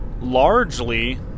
largely